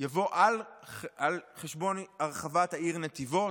יבוא על חשבון הרחבת העיר נתיבות,